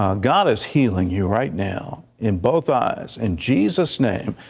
um god is healing you right now in both eyes, in jesus' name.